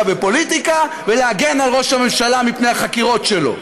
ופוליטיקה ולהגן על ראש הממשלה מפני החקירות שלו.